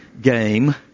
game